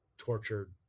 tortured